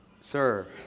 Sir